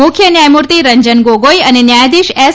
મુખ્ય ન્યાયમૂર્તિ રંજન ગોગોઈ અને ન્યાયાધીશ એસ